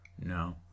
No